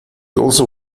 also